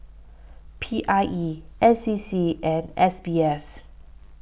P I E N C C and S B S